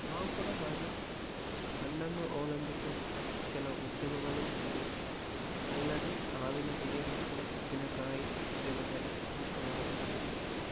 ಮಾವು ಕೂಡ ಹಾಗೆ ಹಣ್ಣನ್ನು ಅವಲಂಬಿಸೋ ಕೆಲವು ಉದ್ಯಮಗಳು ಇದೆ ಅಲ್ಲದೇ ಮಾವಿನಮಿಡಿಯನ್ನು ಕೂಡ ಉಪ್ಪಿನಕಾಯಿ ಉದ್ಯಮದಲ್ಲಿ ಪ್ರಮುಖವಾಗಿ ಬಳಸುತ್ತಾರೆ